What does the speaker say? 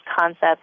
concept